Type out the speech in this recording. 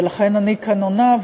ולכן אני עונה כאן,